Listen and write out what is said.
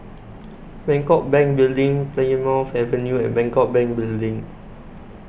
Bangkok Bank Building Plymouth Avenue and Bangkok Bank Building